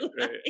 Right